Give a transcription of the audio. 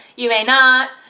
you may not.